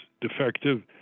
defective